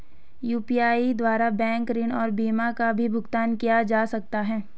UPI द्वारा bank ऋण और बीमा का भी भुगतान किया जा सकता है?